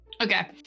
Okay